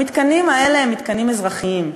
המתקנים האלה הם מתקנים אזרחיים.